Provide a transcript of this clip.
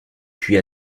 puis